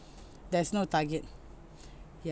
there's no target